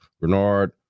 Bernard